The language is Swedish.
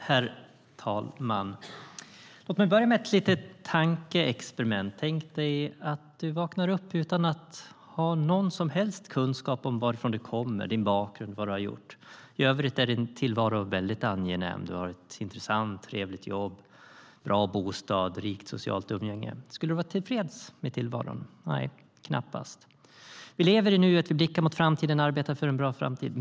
Herr talman! Låt mig börja med ett litet tankeexperiment. Tänk dig att du vaknar upp utan att ha någon som helst kunskap om varifrån du kommer, din bakgrund eller vad du har gjort. I övrigt är din tillvaro mycket angenäm - du har ett intressant och trevligt jobb, en bra bostad och ett rikt socialt umgänge. Skulle du vara tillfreds med tillvaron? Nej, knappast. Vi lever i nuet, blickar mot framtiden och arbetar för en bra framtid.